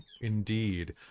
indeed